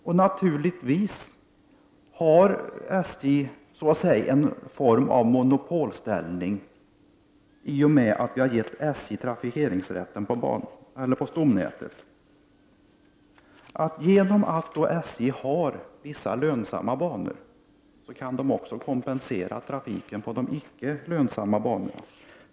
Och naturligtvis har SJ en form av monopolställning i och med att vi har gett SJ trafikeringsrätten för stomnätet. Genom att SJ har vissa lönsamma banor kan man också kompensera sig för trafiken på de icke lönsamma banorna.